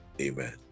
amen